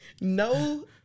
No